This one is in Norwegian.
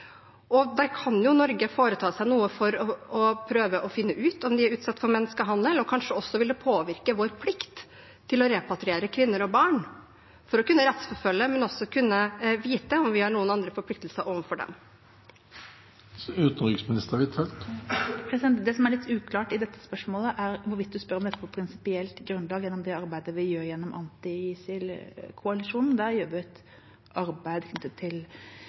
Der kan jo Norge foreta seg noe for å prøve å finne ut om de er utsatt for menneskehandel. Kanskje vil det også påvirke vår plikt til å repatriere kvinner og barn for å kunne rettsforfølge, men også kunne vite om vi har noen andre forpliktelser overfor dem. Det som er litt uklart i dette spørsmålet, er hvorvidt representanten spør om dette på prinsipielt grunnlag gjennom det arbeidet vi gjør gjennom anti-ISIL-koalisjonen – der gjør vi et arbeid knyttet til